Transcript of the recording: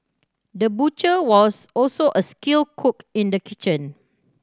the butcher was also a skilled cook in the kitchen